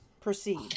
proceed